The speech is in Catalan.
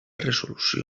resolució